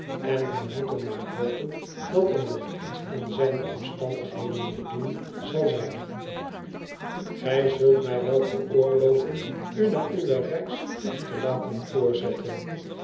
en wij moeten maar hopen dat er nog iets aan zijne omstandigheden te doen zal zijn gij zult mij wel veroorloven u na uwe reis iets te laten voorzetten